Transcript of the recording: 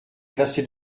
placé